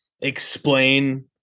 explain